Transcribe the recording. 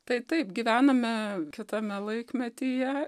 tai taip gyvename kitame laikmetyje